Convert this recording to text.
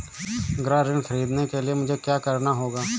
गृह ऋण ख़रीदने के लिए मुझे क्या करना होगा?